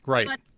Right